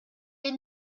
les